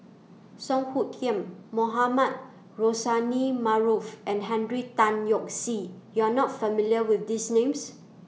Song Hoot Kiam Mohamed Rozani Maarof and Henry Tan Yoke See YOU Are not familiar with These Names